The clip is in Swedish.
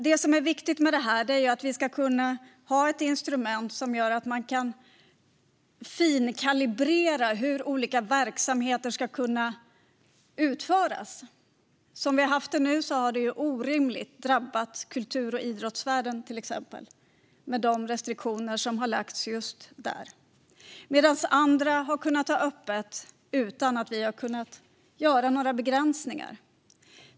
Det viktiga här är att vi ska kunna ha ett instrument som gör att man kan finkalibrera hur olika verksamheter ska utföras. Som vi har haft det nu har till exempel kultur och idrottsvärlden drabbats orimligt hårt av de restriktioner som har lagts just där, medan andra verksamheter har kunnat ha öppet utan att vi har kunnat göra några begränsningar.